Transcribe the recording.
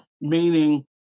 meaning